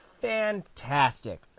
fantastic